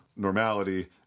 Normality